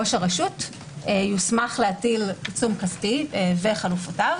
ראש הרשות יוטל להסמיך עיצום כספי וחלופותיו.